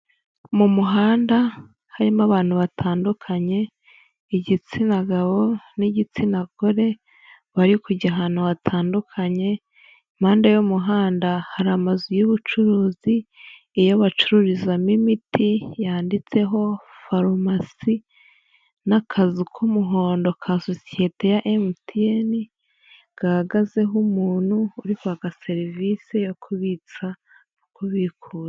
Mu muhanda harimo abantu batandukanye, igitsina gabo n'igitsina gore, bari kujya ahantu hatandukanye, impande y'umuhanda hari amazu y'ubucuruzi, iyo bacururizamo imiti yanditseho farumasi n'akazu k'umuhondo ka sosiyete ya MTN, gahagazeho umuntu uri kwaka serivisi yo kubitsa no kubikura.